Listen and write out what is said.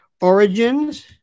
origins